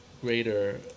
greater